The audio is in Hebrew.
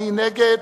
מי נגד?